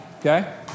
Okay